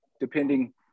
depending